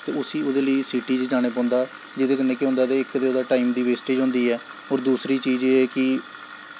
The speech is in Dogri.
ते उस्सी ओह्दे लेई सीटी च जाने पौंदा जेह्दे कन्नै केह् होंदा इक ते औह्दे टैम दी बैस्टेज़ होंदा ऐ होर दूसरी चीज़ एह् ऐ कि